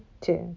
tuned